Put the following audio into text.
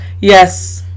yes